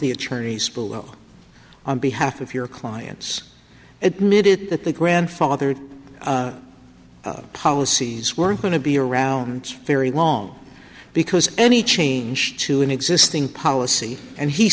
the attorneys below on behalf of your clients admitted that the grandfathered policies weren't going to be around very long because any change to an existing policy and he